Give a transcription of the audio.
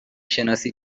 شناسی